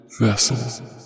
vessel